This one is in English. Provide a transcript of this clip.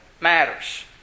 matters